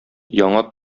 яңа